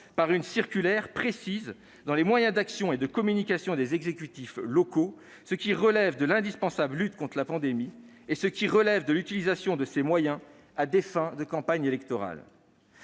par une circulaire ce qui relève, dans les moyens d'action et de communication des exécutifs locaux, de l'indispensable lutte contre la pandémie et ce qui participe de l'utilisation de ces moyens à des fins de campagne électorale.